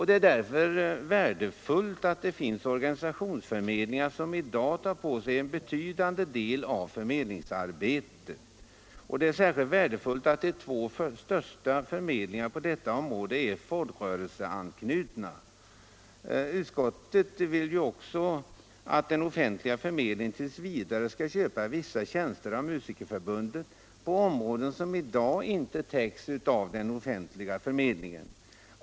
Det är därför värdefullt att det finns organisationsförmedlingar som i dag tar på sig en betydande del av förmedlingsarbetet. Och det är särskilt värdefullt att de två största förmedlingarna på detta område är folkrörelseanknutna. Utskottet vill ju också att den offentliga förmedlingen t. v. skall köpa vissa tjänster av Musikerförbundet på områden som i dag inte täcks av den offentliga förmedlingen.